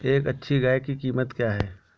एक अच्छी गाय की कीमत क्या है?